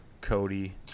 cody